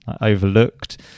overlooked